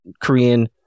Korean